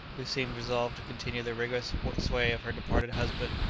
who seemed resolved to continue the rigorous sway of her departed husband,